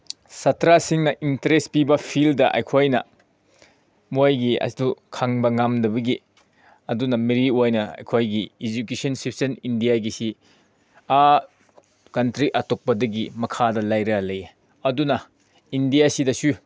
ꯁꯥꯇ꯭ꯔꯁꯤꯡꯅ ꯏꯟꯇꯔꯦꯁ ꯄꯤꯕ ꯐꯤꯜꯗ ꯑꯩꯈꯣꯏꯅ ꯃꯣꯏꯒꯤ ꯑꯗꯨ ꯈꯪꯕ ꯉꯝꯗꯕꯒꯤ ꯑꯗꯨꯅ ꯃꯔꯤ ꯑꯣꯏꯅ ꯑꯩꯈꯣꯏꯒꯤ ꯏꯖꯨꯀꯦꯁꯟ ꯁꯤꯁꯇꯦꯝ ꯏꯟꯗꯤꯌꯥꯒꯤꯁꯤ ꯑꯥ ꯀꯟꯇ꯭ꯔꯤ ꯑꯇꯣꯞꯄꯗꯒꯤ ꯃꯈꯥꯗ ꯂꯩꯔ ꯂꯩꯌꯦ ꯑꯗꯨꯅ ꯏꯟꯗꯤꯌꯥꯁꯤꯗꯁꯨ